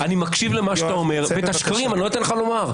מקשיב לדבריך, ואת השקרים לא אתן לך לומר.